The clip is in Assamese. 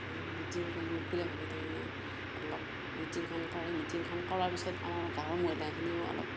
এই মিটিং কৰি মুকলিভাৱে তাৰমানে অলপ মিটিংখন কৰে মিটিংখন কৰাৰ পিছত আমাৰ গাঁৱৰ মহিলাখিনিও অলপ